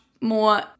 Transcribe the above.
more